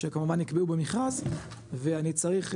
שכמובן נקבעו במכרז ואני צריך,